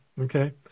okay